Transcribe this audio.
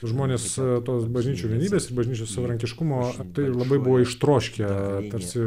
žmonės tos bažnyčių vienybės ir bažnyčios savarankiškumo tai labai buvo ištroškę tarsi